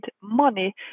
money